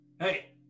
Hey